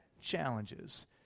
challenges